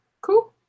Cool